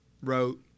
wrote